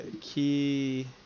key